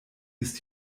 ist